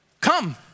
come